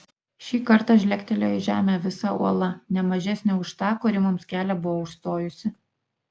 šį kartą žlegtelėjo į žemę visa uola ne mažesnė už tą kuri mums kelią buvo užstojusi